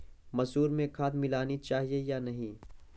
मसूर में खाद मिलनी चाहिए या नहीं?